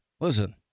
Listen